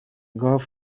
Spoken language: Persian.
گاو